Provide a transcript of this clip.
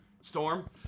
Storm